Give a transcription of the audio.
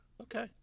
Okay